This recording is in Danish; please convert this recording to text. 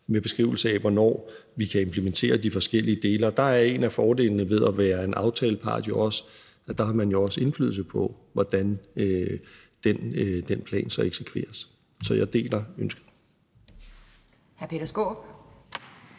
med beskrivelse af, hvornår vi kan implementere de forskellige dele. Og der er en af fordelene ved at være en aftalepart jo, at man også har indflydelse på, hvordan den plan så eksekveres. Så jeg deler ønsket.